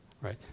right